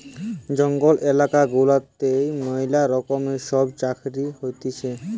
জঙ্গল এলাকা গুলাতে ম্যালা রকমের সব চাকরি হতিছে